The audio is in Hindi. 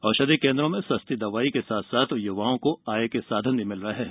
औषधि केन्द्रों में सस्ती दवाई के साथ साथ युवाओं को आय के साधन भी मिल रहे हैं